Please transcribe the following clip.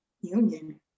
union